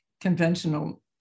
conventional